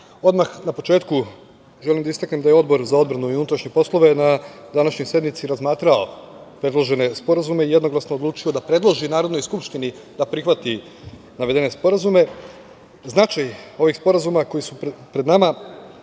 odmah na početku želim da istaknem da je Odbor za odbranu i unutrašnje poslove na današnjoj sednici razmatrao predložene sporazume i jednoglasno odlučio da predloži Narodnoj skupštini da prihvati navedene sporazume. Značaj ovih sporazuma koji su pred nama